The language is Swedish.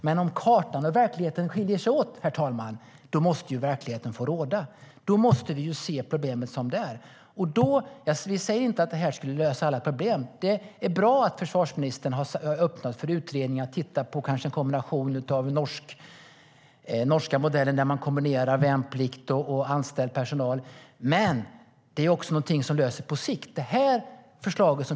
Men om kartan och verkligheten skiljer sig åt måste verkligheten få råda. Då måste vi se problemet som det är. Vi säger inte att detta skulle lösa alla problem. Det är bra att försvarsministern har öppnat för utredningar som ska titta på den norska modellen som kombinerar värnplikt och anställd personal. Men det är också en lösning på sikt.